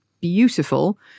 beautiful